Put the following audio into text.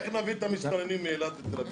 איך נביא את המסתננים מאילת לתל אביב?